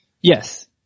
Yes